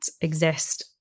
exist